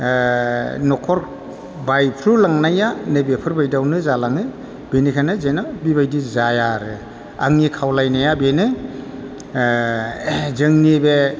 न'खर बायफ्रुलांनाया नै बेफोरबायदियावनो जालाङो बेनिखायनो जेन' बिबायदि जाया आरो आंनि खावलायनाया बेनो जोंनि बे